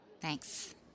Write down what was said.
Thanks